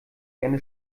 gerne